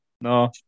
No